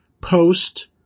post